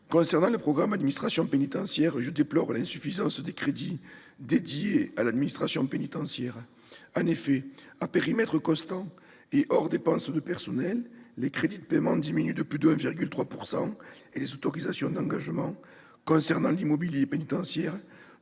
Concernant le programme « Administration pénitentiaire », je déplore l'insuffisance des crédits qui lui sont consacrés. En effet, à périmètre constant et hors dépenses de personnel, les crédits de paiement diminuent de plus de 1,3 % et les autorisations d'engagement relatives à l'immobilier pénitentiaire,